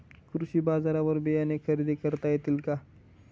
कृषी बाजारवर बियाणे खरेदी करता येतील का?